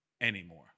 anymore